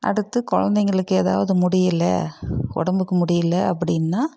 அடுத்து குழந்தைங்களுக்கு ஏதாவது முடியல உடம்புக்கு முடியல அப்படினா